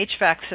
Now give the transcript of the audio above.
HVAC